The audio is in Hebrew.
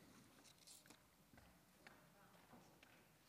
בבקשה, חברת הכנסת עידית סילמן.